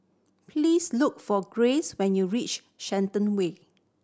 please look for Grace when you reach Shenton Way